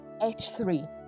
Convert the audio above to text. H3